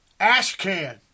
Ashcan